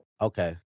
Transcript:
Okay